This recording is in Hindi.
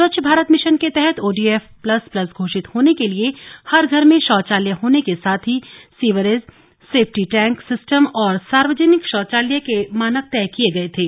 स्वच्छ भारत मिशन के तहत ओडीएफ प्लस प्लस घोषित होने के लिए हर घर में शौचालय होने के साथ ही सीवरेज सेफ्टी टैंक सिस्टम और सार्वजनिक शौचालय के मानक तय किए गए थे